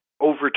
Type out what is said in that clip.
Over